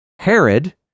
Herod